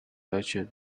urgent